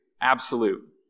Absolute